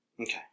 Okay